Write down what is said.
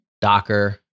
docker